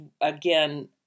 again